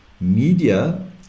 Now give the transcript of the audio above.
media